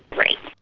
right.